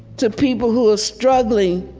to people who are struggling